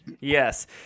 Yes